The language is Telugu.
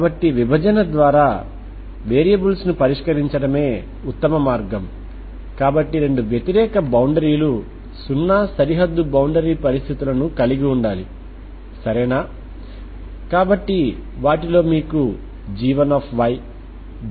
Xx λXx0 అంటే 0xL కి చెందిన ఒక ODE మరొకటి Tt λ2Tt0 ఇది t0కోసం ఇప్పుడు మీరు బౌండరీ కండిషన్ లను వర్తింపజేస్తే ux0t0 నాకు X0Tt0ఇస్తుంది